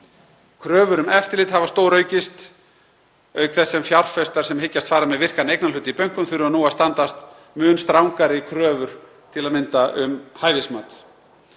Kröfur um eftirlit hafa stóraukist auk þess sem fjárfestar sem hyggjast fara með virkan eignarhlut í bönkum þurfa nú að standast mun strangari kröfur til að mynda um hæfismat.